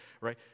Right